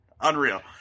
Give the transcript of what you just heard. Unreal